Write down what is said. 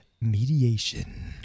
mediation